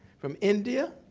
from india,